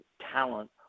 talent